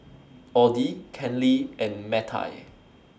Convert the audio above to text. Audie Kenley and Mattye